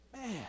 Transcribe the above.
Man